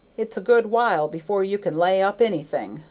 it's a good while before you can lay up anything,